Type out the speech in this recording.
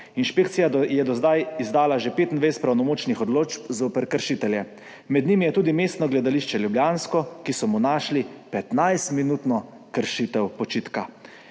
Inšpekcija je do zdaj izdala že 25 pravnomočnih odločb zoper kršitelje, med njimi je tudi Mestno gledališče ljubljansko, ki so mu našli 15-minutno kršitev počitka.